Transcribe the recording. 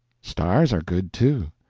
stars are good, too.